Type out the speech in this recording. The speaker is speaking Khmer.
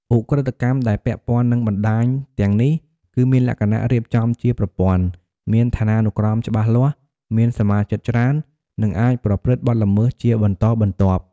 ឧក្រិដ្ឋកម្មដែលពាក់ព័ន្ធនឹងបណ្តាញទាំងនេះ គឺមានលក្ខណៈរៀបចំជាប្រព័ន្ធ មានឋានានុក្រមច្បាស់លាស់ មានសមាជិកច្រើន និងអាចប្រព្រឹត្តបទល្មើសជាបន្តបន្ទាប់។